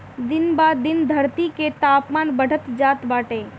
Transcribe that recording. दिन ब दिन धरती के तापमान बढ़त जात बाटे